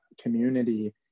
community